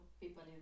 people